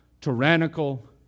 tyrannical